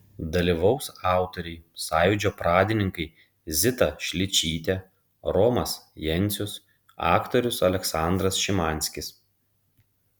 dalyvaus autoriai sąjūdžio pradininkai zita šličytė romas jencius aktorius aleksandras šimanskis